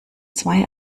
zwei